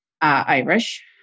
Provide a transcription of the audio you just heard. Irish